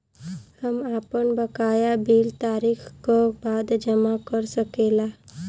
हम आपन बकाया बिल तारीख क बाद जमा कर सकेला?